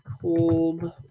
Cold